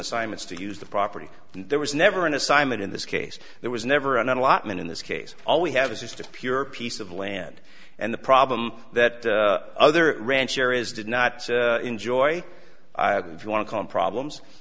assignments to use the property and there was never an assignment in this case there was never an allotment in this case all we have is it's just pure piece of land and the problem that other rancher is did not enjoy if you want to call in problems